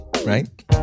Right